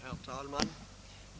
Herr talman!